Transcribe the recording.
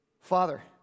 Father